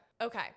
Okay